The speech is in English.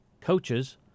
Coaches